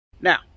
Now